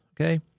okay